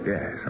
Yes